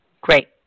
Great